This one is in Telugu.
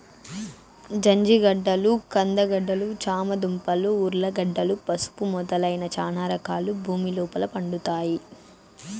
జంజిగడ్డలు, కంద గడ్డలు, చామ దుంపలు, ఉర్లగడ్డలు, పసుపు మొదలైన చానా రకాలు భూమి లోపల పండుతాయి